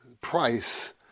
price